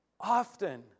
often